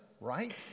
right